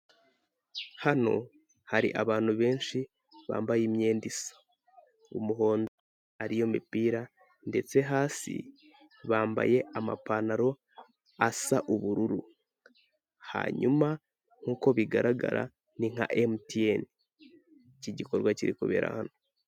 Hano hari abantu benshi bambaye imyenda isa. Umuhondo ariyo mipira, ndetse hasi bambaye amapantaro asa ubururu. Hanyuma nk'uko bigaragara ni nka emutiyeni. Iki gikorwa kiri kubera hano.